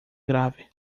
grave